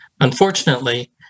Unfortunately